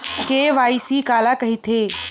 KYC काला कइथे?